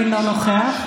אינו נוכח,